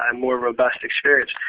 um more robust experience.